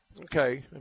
okay